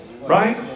Right